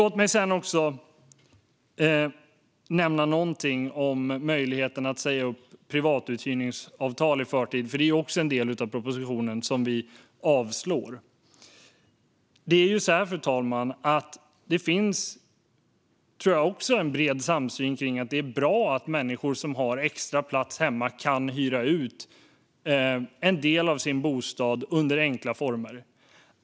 Låt mig också nämna någonting om möjligheten att säga upp privatuthyrningsavtal i förtid. Det är också en del av propositionen som vi avslår. Jag tror att det finns en bred samsyn om att det är bra att människor som har extra plats hemma kan hyra ut en del av sin bostad under enkla former.